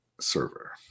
server